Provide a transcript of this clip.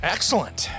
Excellent